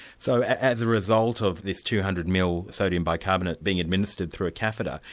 so as a result of this two hundred ml sodium bicarbonate being administered through a catheter,